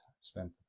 spent